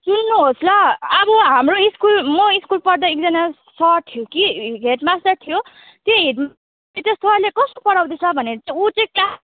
सुन्नुहोस् ल अब हाम्रो स्कुल म स्कुल पढ्दा एकजना सर थियो कि हेडमास्टर थियो त्यो हेड सरले कस्तो पढाउँदैछ भनेर चाहिँ ऊ चाहिँ क्लास